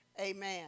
Amen